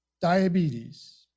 diabetes